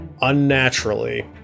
unnaturally